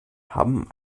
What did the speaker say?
haben